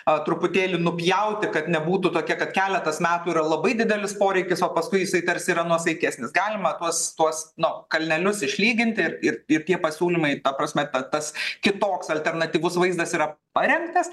a truputėlį nupjauti kad nebūtų tokia kad keletas metų yra labai didelis poreikis o paskui jisai tarsi yra nuosaikesnis galima tuos tuos nu kalnelius išlyginti ir ir ir tie pasiūlymai ta prasme ta tas kitoks alternatyvus vaizdas yra parengtas